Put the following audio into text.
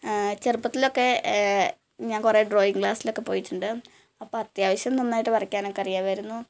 ചെറുപ്പത്തിലൊക്കെ ഞാൻ കുറേ ഡ്രോയിങ്ങ് ക്ലാസിലൊക്കെ പോയിട്ടുണ്ട് അപ്പം അത്യാവശ്യം നന്നായിട്ട് വരയ്ക്കാനൊക്കെ അറിയാമായിരുന്നു ഒരു